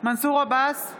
מנסור עבאס,